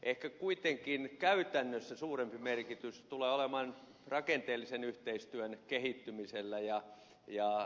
ehkä kuitenkin käytännössä suurempi merkitys tulee olemaan rakenteellisen yhteistyön kehittymisellä